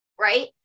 right